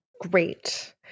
Great